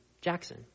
Jackson